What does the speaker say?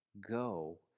go